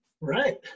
Right